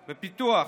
בפיתוח.